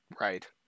Right